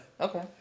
Okay